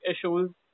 issues